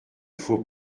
faut